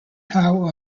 howe